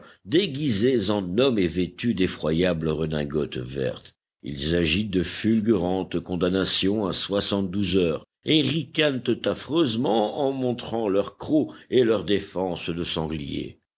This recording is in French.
déguisés en hommes et vêtus d'effroyables redingotes vertes ils agitent de fulgurantes condamnations à soixante-douze heures et ricanent affreusement en montrant leurs crocs et leurs défenses de sanglier